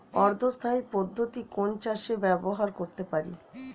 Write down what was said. অর্ধ স্থায়ী পদ্ধতি কোন চাষে ব্যবহার করতে পারি?